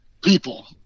people